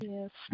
Yes